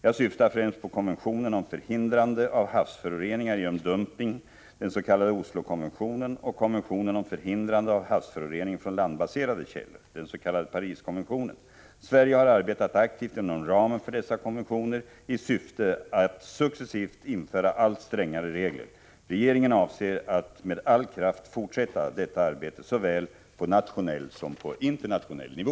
Jag syftar främst på konventionen om förhindrande av havsföroreningar genom dumpning, den s.k. Oslokonventionen, och konventionen om förhindrande av havsförorening från landbaserade källor, den s.k. Pariskonventionen. Sverige har arbetat aktivt inom ramen för dessa konventioner i syfte att successivt införa allt strängare regler. Regeringen avser att med all kraft fortsätta detta arbete på såväl nationell som internationell nivå.